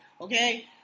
okay